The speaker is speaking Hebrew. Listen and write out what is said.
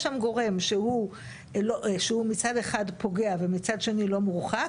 שם גורם שהוא מצד אחד פוגע ומצד שני לא מורחק,